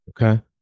Okay